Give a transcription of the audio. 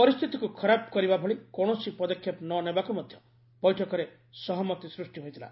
ପରିସ୍ଥିତିକୁ ଖରାପ କରିବା ଭଳି କୌଣସି ପଦକ୍ଷେପ ନ ନେବାକୁ ମଧ୍ୟ ବୈଠକରେ ସହମତି ସୃଷ୍ଟି ହୋଇଥିଲା